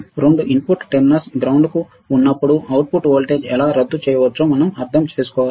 రెండూ input terminals ground కు ఉన్నప్పుడు అవుట్పుట్ వోల్టేజ్ను ఎలా రద్దు చేయవచ్చో మనం అర్థం చేసుకోవాలి